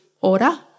order